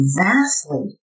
vastly